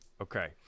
okay